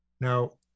Now